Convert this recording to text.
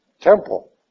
temple